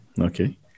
Okay